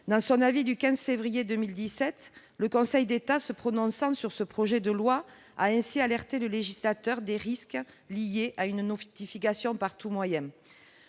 Dans son avis du 15 février 2018, le Conseil d'État, se prononçant sur le présent projet de loi, a ainsi alerté le législateur sur les risques liés à une notification « par tout moyen